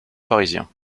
parisiens